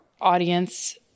audience